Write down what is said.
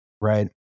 right